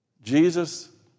Jesus